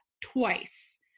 twice